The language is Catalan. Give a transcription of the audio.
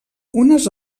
unes